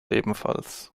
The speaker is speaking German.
ebenfalls